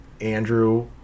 Andrew